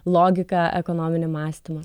logiką ekonominį mąstymą